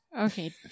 Okay